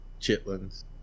chitlins